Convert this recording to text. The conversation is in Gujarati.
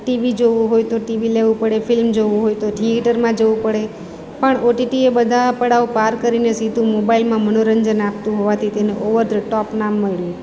ટીવી જોવું હોય તો ટીવી લેવું પડે ફિલ્મ જોવું હોય તો થીએટરમાં જવું પડે પણ ઓટીટી એ બધા પડાવ પાર કરીને સીધું મોબાઈલમાં મનોરંજન આપતું હોવાથી તેને ઓવર ધ ટોપ નામ મળ્યું